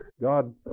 God